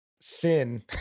sin